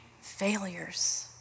failures